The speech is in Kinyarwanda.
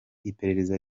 iperereza